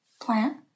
plant